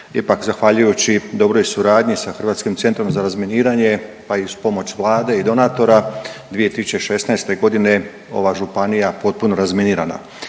Ipak zahvaljujući dobroj suradnji sa Hrvatskim centrom za razminiranje, pa i uz pomoć Vlade i donatora 2016. godine ova županija potpuno razminirana.